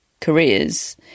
careers